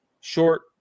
short